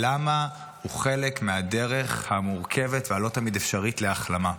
למה הוא חלק מהדרך המורכבת והלא-תמיד אפשרית להחלמה.